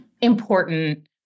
important